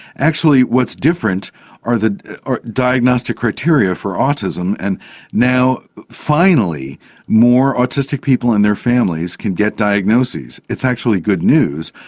actually what's different are the diagnostic criteria for autism. and now finally more autistic people and their families can get diagnoses. it's actually good news,